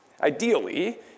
Ideally